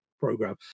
program